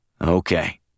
Okay